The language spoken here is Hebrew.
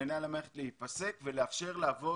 להיפסק כדי לאפשר לעבור